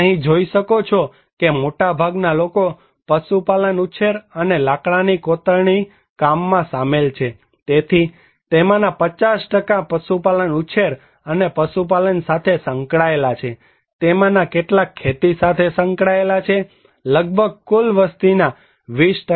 તમે અહીં જોઈ શકો છો કે મોટાભાગના લોકો પશુપાલન ઉછેર અને લાકડાની કોતરણી કામમાં સામેલ છે તેથી તેમાંના 50 પશુપાલન ઉછેર અને પશુપાલન સાથે સંકળાયેલા છે અને તેમાંના કેટલાક ખેતી સાથે સંકળાયેલા છે લગભગ કુલ વસ્તીના 20